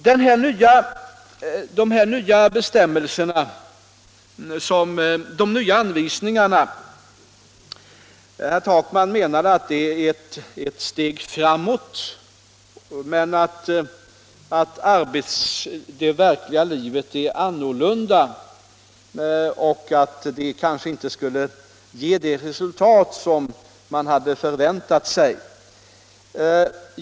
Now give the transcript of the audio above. Herr Takman menade att de nya anvisningarna innebär ett steg framåt men att det verkliga livet är annorlunda och att anvisningarna kanske inte skulle ge de resultat som man hade förväntat sig.